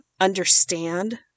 understand